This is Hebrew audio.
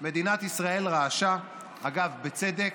מדינת ישראל רעשה, אגב, בצדק,